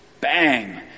Bang